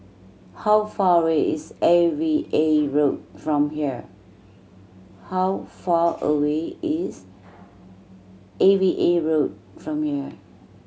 how far away is A V A Road from here how far away is A V A Road from here